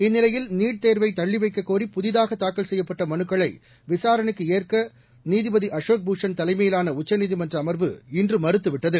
இந்நிலையில் நீட் தேர்வை தள்ளி வைக்கக் கோரி புதிதாக தாக்கல் செய்யப்பட்ட மனுக்களை விசாரணைக்கு ஏற்க நீதிபதி அசோக் பூஷன் தலைமையிலான உச்சநீதிமன்ற அமர்வு இன்று மறுத்துவிட்டது